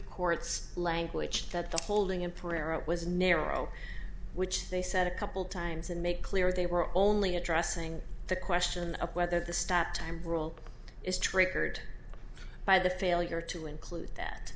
court's language that the holding in pereira was narrow which they said a couple times and make clear they were only addressing the question of whether the stop time rule is triggered by the failure to include that